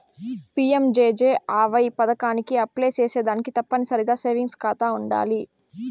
PMJJAY పదకానికి apply సేసేదానికి తప్పనిసరిగా సేవింగ్స్ కాతా ఉండాల్ల